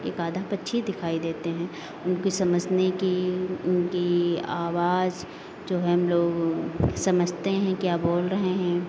एक आधा पक्षी दिखाई देते हैं उनके समझने के उनकी आवाज जो है हम लोग समझते हैं क्या बोल रहे हैं